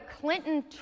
Clinton